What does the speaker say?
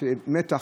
יש מתח,